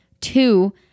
Two